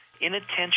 inattention